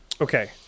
Okay